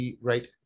right